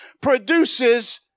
produces